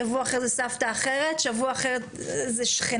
בשבוע אחר הסבתא השנייה או שכנה.